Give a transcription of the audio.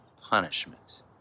punishment